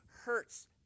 hurts